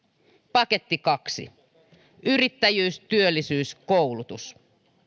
paketti kaksi yrittäjyys työllisyys koulutus